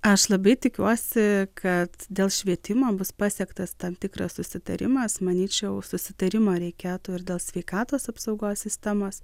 aš labai tikiuosi kad dėl švietimo bus pasiektas tam tikras susitarimas manyčiau susitarimo reikėtų ir dėl sveikatos apsaugos sistemos